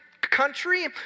country